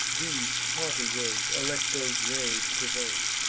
these haughty words alecto's rage provoke,